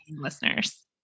listeners